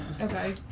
Okay